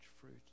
fruit